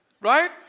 right